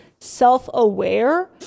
self-aware